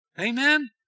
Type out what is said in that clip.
Amen